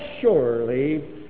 surely